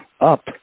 up